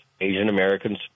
Asian-Americans